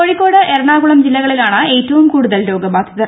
കോഴിക്കോട് എറണാകുളം ജില്ലകളിലാണ് ഏറ്റവൂര ക്ട്ടുതൽ രോഗബാധിതർ